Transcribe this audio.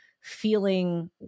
feeling